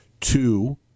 Two